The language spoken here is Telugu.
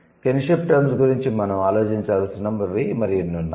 'కిన్షిప్ టర్మ్స్' గురించి మనం ఆలోచించాల్సినవి మరిన్ని ఉన్నాయి